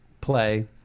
play